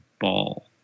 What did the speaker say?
ball